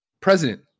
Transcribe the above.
president